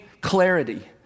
clarity